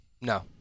No